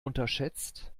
unterschätzt